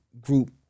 group